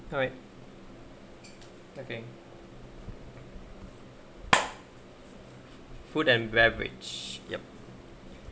alright okay food and beverage yup